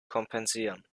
kompensieren